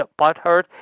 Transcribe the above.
butthurt